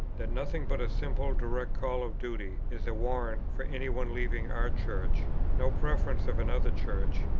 that nothing but a simple, direct call of duty is a warrant for any one leaving our church no preference of another church,